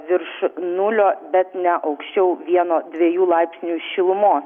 virš nulio bet ne aukščiau vieno dviejų laipsnių šilumos